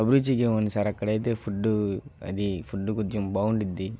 అభిరుచికేముంది sir అక్కడైతే food అది food కొంచం బాగుండిద్ది